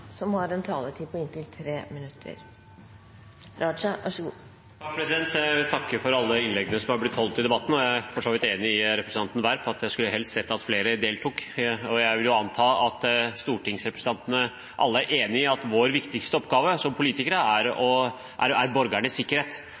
Jeg vil takke for alle innleggene som har blitt holdt i debatten. Jeg er for så vidt enig med representanten Werp – jeg skulle helst sett at flere deltok. Jeg vil anta at alle stortingsrepresentantene er enige i at vår viktigste oppgave som politikere er borgernes sikkerhet, og når det gjelder borgernes sikkerhet, kan man ikke se isolert på hva man her i Norge kan gjøre for å sikre borgerne, for borgernes sikkerhet